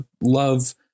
love